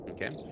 Okay